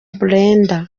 brenda